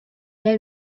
est